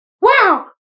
Wow